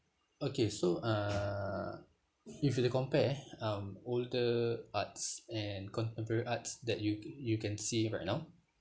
okay so uh if you were to compare um older arts and contemporary arts that you ca~ you can see right now